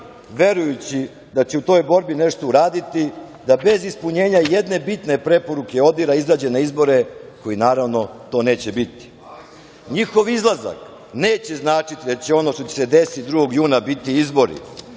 verujući da će u toj borbi nešto uraditi, da bez ispunjenja jedne bitne preporuke ODIHR-a, izađe na izbore koji, naravno, to neće biti. Njihov izlazak neće značiti da će ono što će se desiti 2. juna biti izbori.